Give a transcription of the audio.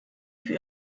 für